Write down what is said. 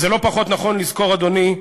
ולא פחות נכון לזכור, אדוני,